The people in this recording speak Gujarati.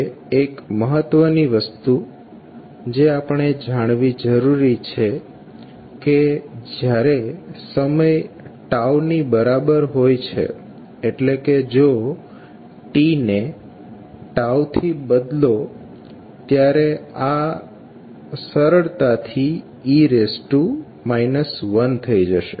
હવે એક મહત્વની વસ્તુ જે આપણે જાણવી જરુરી છે કે જ્યારે સમય ની બરાબર હોય છે એટ્લે કે જો t ને થી બદલો ત્યારે આ સરળતાથી e 1થઈ જશે